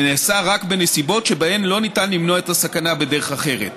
ונעשה רק בנסיבות שבהן לא ניתן למנוע את הסכנה בדרך אחרת.